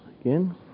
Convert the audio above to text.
again